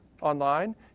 online